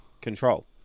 Control